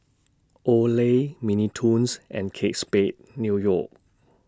Olay Mini Toons and Kate Spade New York